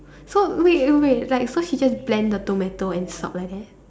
so wait wait like so she just blend the tomato and salt like that